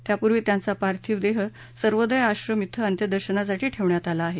त्यापूर्वी त्यांचा पार्थिव देह सर्वोदय आश्रम इथं अंत्यदर्शनासाठी ठेवण्यात आला आहे